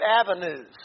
avenues